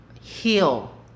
heal